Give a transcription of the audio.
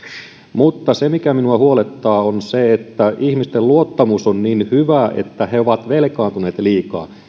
mutta se mikä minua huolettaa on se että ihmisten luottamus on niin hyvä että he ovat velkaantuneet liikaa